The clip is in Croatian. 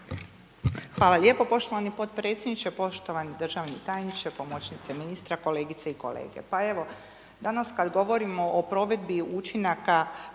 Hvala lijepo poštovani potpredsjedniče. Poštovani državni tajniče sa suradnicom, kolegice i kolege.